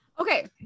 Okay